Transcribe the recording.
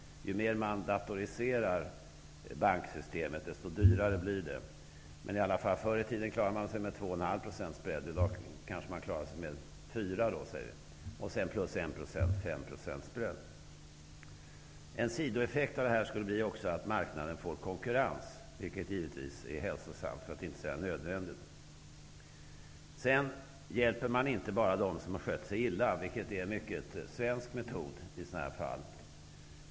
Ju mer man datoriserar banksystemet, desto dyrare tycks det bli. Förr i tiden klarade man sig på 2,5 % ''spread'', och i dag kanske man klarar sig med 4 % plus 1 %, dvs. 5 %. En sidoeffekt skulle bli att marknaden får konkurrens, vilket givetvis är hälsosamt, för att inte säga nödvändigt. Man hjälper inte bara dem som har skött sig illa, vilket är en mycket svensk metod i sådana fall.